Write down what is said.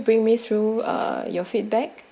bring me through uh your feedback